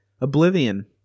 oblivion